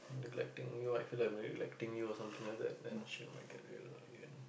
neglecting you like I feel like we're neglecting you or something like that then shit might get real again